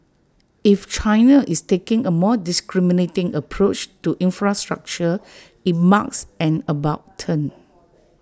if China is taking A more discriminating approach to infrastructure IT marks an about turn